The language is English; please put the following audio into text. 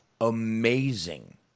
amazing